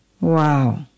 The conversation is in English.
Wow